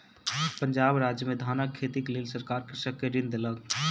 पंजाब राज्य में धानक खेतीक लेल सरकार कृषक के ऋण देलक